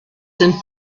sind